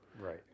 Right